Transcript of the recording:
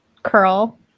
curl